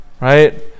right